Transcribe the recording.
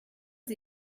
sie